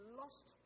lost